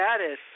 status